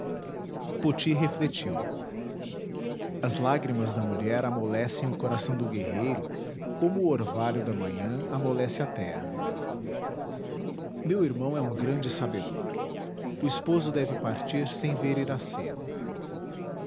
poti refletiu as lágrimas da mulher amolecem o coração do guerreiro como o orvalho da manhã amolece a terra meu irmão é um grande sabedor o esposo deve partir sem ver iracema